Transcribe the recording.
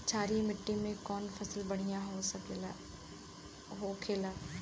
क्षारीय मिट्टी में कौन फसल बढ़ियां हो खेला?